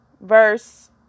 verse